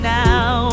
now